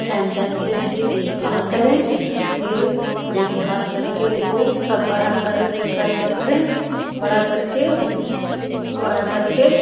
time time से उनकी देखभाल करें फिर देखभाल करके उनको तब बड़ा कर करा करे बड़ा करके बड़ा करके